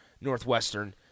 Northwestern